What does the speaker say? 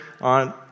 on